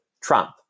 Trump